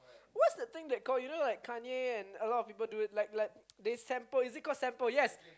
what's the thing they call you know like Kanye and a lot of people do it like they sample is it call sample yes yes